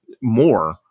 more